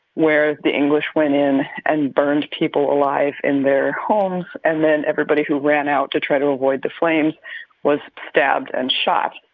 where the english went in and burned people alive in their homes and then everybody who ran out to try to avoid the flames was stabbed and shot.